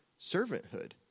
servanthood